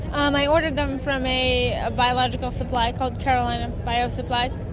um i ordered them from a ah biological supply called carolina bio-supplies.